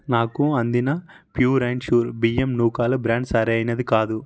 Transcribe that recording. నాకు అందిన pure and sure బియ్యం నూకలు బ్రాండ్ సరైనది కాదు